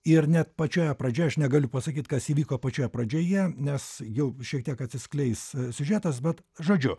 ir net pačioje pradžioje aš negaliu pasakyti kas įvyko pačioje pradžioje nes jau šiek tiek atsiskleis siužetas bet žodžiu